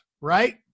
right